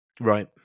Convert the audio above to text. Right